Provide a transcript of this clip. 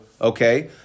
okay